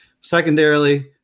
Secondarily